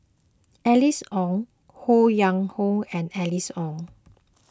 Alice Ong Ho Yuen Hoe and Alice Ong